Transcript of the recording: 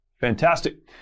fantastic